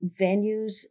venues